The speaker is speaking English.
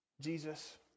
Jesus